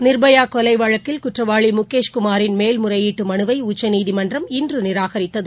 நிர்பயா கொலை வழக்கில் குற்றவாளி முகேஷ் குமாரின் மேல்முறையீட்டு மனுவை உச்சநீதிமன்றம் இன்று நிராகரித்தது